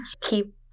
keep